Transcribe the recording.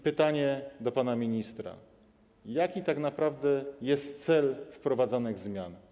Pytanie do pana ministra: Jaki tak naprawdę jest cel wprowadzanych zmian?